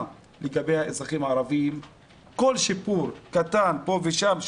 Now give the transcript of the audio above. לגבי האזרחים הערבים כל שיפור קטן פה ושם,